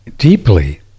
Deeply